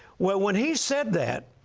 well, when he said that,